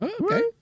Okay